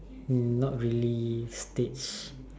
um not really staged